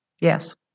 Yes